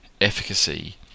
efficacy